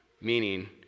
Meaning